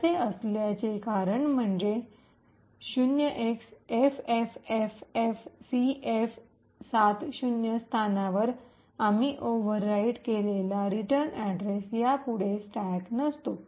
तसे असल्याचे कारण म्हणजे 0xffffcf70 स्थानावर आम्ही ओवरराईट अधिलिखित केलेला रिटर्न अड्रेस यापुढे स्टॅक नसतो